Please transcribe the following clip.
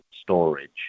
storage